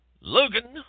Logan